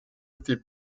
été